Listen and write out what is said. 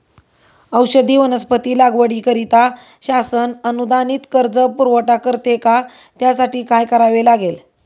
औषधी वनस्पती लागवडीकरिता शासन अनुदानित कर्ज पुरवठा करते का? त्यासाठी काय करावे लागेल?